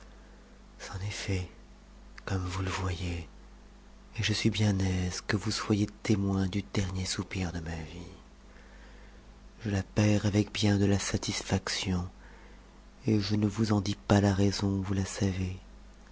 est fait comme vous le voyez et je suis bien aise que vous soyez témoin du dernier soupir de nia vie je la perds avec bien de la satisfaction et je ne vous en dis pas t raison vous la savez